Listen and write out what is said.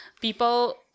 People